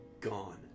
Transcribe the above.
Gone